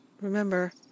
remember